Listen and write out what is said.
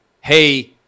Hey